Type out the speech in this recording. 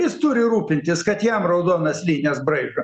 jis turi rūpintis kad jam raudonas linijas braižo